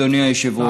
אדוני היושב-ראש,